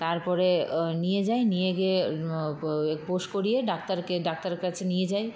তার পরে নিয়ে যাই নিয়ে গিয়ে এ উপোস করিয়ে ডাক্তারকে ডাক্তারের কাছে নিয়ে যাই